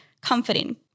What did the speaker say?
comforting